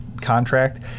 contract